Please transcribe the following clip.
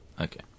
Okay